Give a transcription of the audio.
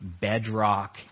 bedrock